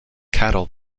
cattle